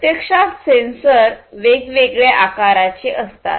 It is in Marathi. प्रत्यक्षात सेंसर वेगवेगळ्या आकाराचे असतात